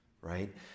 right